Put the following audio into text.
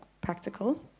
practical